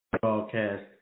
broadcast